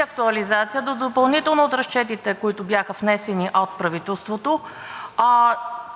актуализацията, допълнително от разчетите, които бяха внесени от правителството.